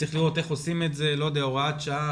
צריך לראות איך עושים את זה הוראת שעה,